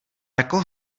jako